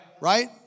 Right